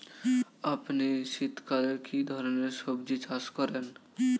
আপনি শীতকালে কী ধরনের সবজী চাষ করেন?